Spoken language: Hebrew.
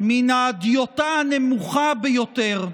מן הדיוטה הנמוכה ביותר.